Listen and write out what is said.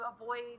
avoid